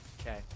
Okay